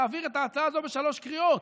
להעביר את ההצעה הזו בשלוש קריאות.